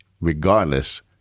regardless